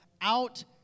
out